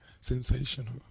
sensational